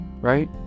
Right